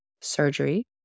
surgery